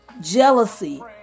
jealousy